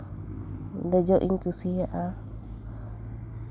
ᱫᱮᱡᱚᱜ ᱤᱧ ᱠᱩᱥᱤᱭᱟᱜᱼᱟ